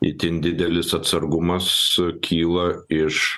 itin didelis atsargumas kyla iš